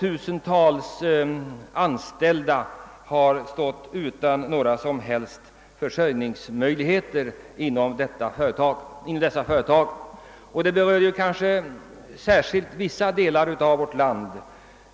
tusentals anställda kommit att stå utan några som helst försörjningsmöjligheter. Denna företeelse: berör särskilt vissa delar av vårt land.